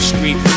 Street